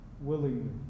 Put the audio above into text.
willingly